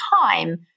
time